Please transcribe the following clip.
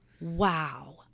wow